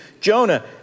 Jonah